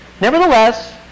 nevertheless